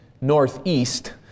northeast